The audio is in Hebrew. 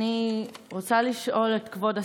אני רוצה לשאול את כבוד השר: